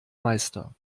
meister